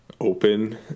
Open